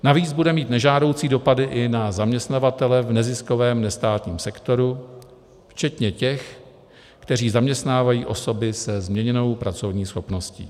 Navíc bude mít nežádoucí dopady i na zaměstnavatele v neziskovém nestátním sektoru, včetně těch, kteří zaměstnávají osoby se změněnou pracovní schopností.